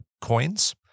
coins